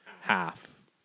half